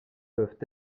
peuvent